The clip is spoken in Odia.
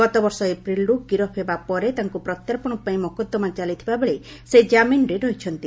ଗତବର୍ଷ ଏପ୍ରିଲରୁ ଗିରଫ ହେବା ପରେ ତାଙ୍କୁ ପ୍ରତ୍ୟାର୍ପଣ ପାଇଁ ମକଦ୍ଦମା ଚାଲିଥିବାବେଳେ ସେ ଜାମିନରେ ଅଛନ୍ତି